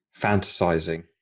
fantasizing